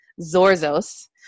Zorzos